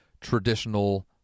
traditional